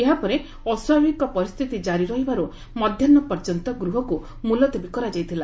ଏହାପରେ ଅସ୍ପାଭାବିକ ପରିସ୍ଥିତି କ୍ରାରି ରହିବାରୁ ମଧ୍ୟାହୁ ପର୍ଯ୍ୟନ୍ତ ଗୃହକୁ ମ୍ବଲତବୀ କରାଯାଇଥିଲା